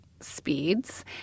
speeds